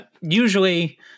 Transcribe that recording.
Usually